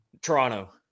Toronto